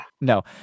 No